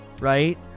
right